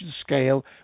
scale